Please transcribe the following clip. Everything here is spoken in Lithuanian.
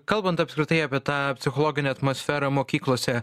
kalbant apskritai apie tą psichologinę atmosferą mokyklose